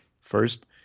first